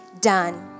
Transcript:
done